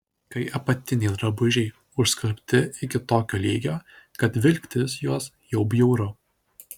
kai apatiniai drabužiai užskalbti iki tokio lygio kad vilktis juos jau bjauru